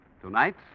Tonight